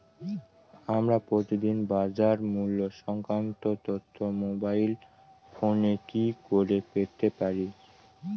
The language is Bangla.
আমরা প্রতিদিন বাজার মূল্য সংক্রান্ত তথ্য মোবাইল ফোনে কি করে পেতে পারি?